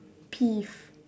peeve